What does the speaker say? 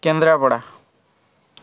Kendrapara